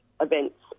events